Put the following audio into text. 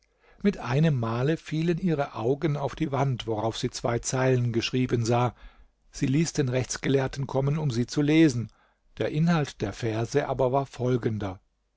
mit einem male fielen ihre augen auf die wand worauf sie zwei zeilen geschrieben sah sie ließ den rechtsgelehrten kommen um sie zu lesen der inhalt der verse aber war folgender